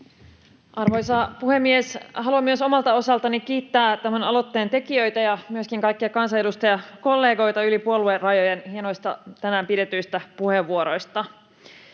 Arvoisa puhemies! Haluan myös omalta osaltani kiittää tämän aloitteen tekijöitä ja myöskin kaikkia kansanedustajakollegoita yli puoluerajojen hienoista tänään pidetyistä puheenvuoroista.